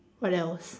what else